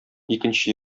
икенче